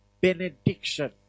benediction